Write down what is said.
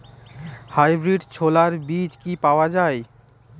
Hybrid ছোলার বীজ কি পাওয়া য়ায়?